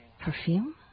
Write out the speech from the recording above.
Perfume